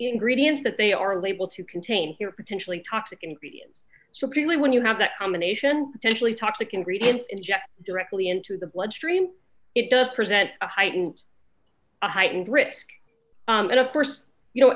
ingredients that they are label to contain here potentially toxic ingredients so clearly when you have that combination generally toxic ingredients injected directly into the bloodstream it does present a heightened a heightened risk and of course you know